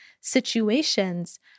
situations